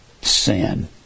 sin